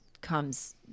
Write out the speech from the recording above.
comes